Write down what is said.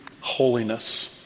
holiness